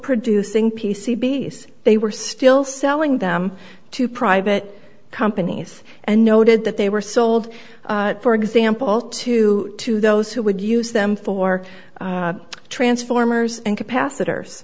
producing p c base they were still selling them to private companies and noted that they were sold for example too to those who would use them for transformers and capacitors